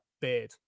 beard